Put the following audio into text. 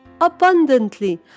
abundantly